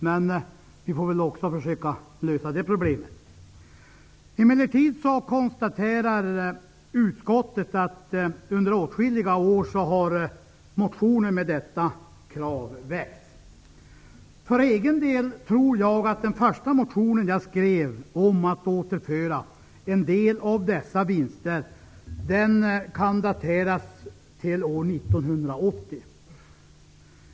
Men vi får försöka lösa det problemet. Emellertid konstaterar utskottet att under åtskilliga år har motioner med detta krav väckts. För egen del tror jag att den första motionen jag skrev om att återföra en del av dessa vinster kan dateras till år 1980.